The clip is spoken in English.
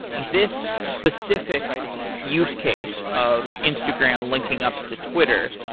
this specific use case of instagram linking up to twitter,